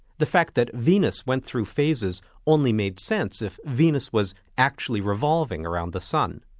the fact that venus went through phases only made sense if venus was actually revolving around the sun.